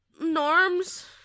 Norm's